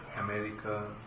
America